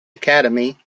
academy